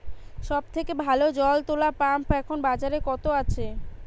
সব থেকে ভালো জল তোলা পাম্প এখন বাজারে কত আছে?